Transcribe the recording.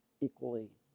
equally